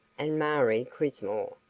and marie crismore.